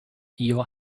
your